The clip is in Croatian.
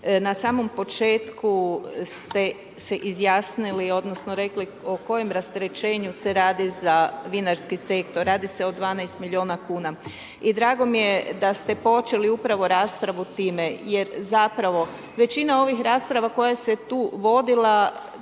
na samom početku ste se izjasnili, odnosno rekli o kojem rasterećenju se radi za vinarski sektor. Radi se o 12 milijuna kuna. I drago mi je da ste počeli upravo raspravu time jer zapravo većina ovih rasprava koja se tu vodila